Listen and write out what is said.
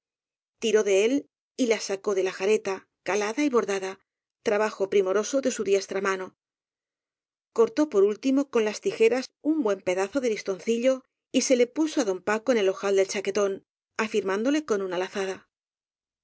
tiró de él y le sacó de la jareta calada y bordada trabajo pri moroso de su diestra mano cortó por último con las tijeras un buen pedazo del listoncillo y se le puso á don paco en el ojal del chaquetón afirmán dole con una lazada